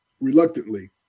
reluctantly